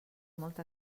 molta